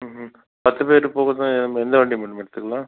ம் ம் பத்து பேர் போகணும்ன்னா நம்ப எந்த வண்டி மேடம் எடுத்துக்கலாம்